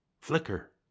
Flicker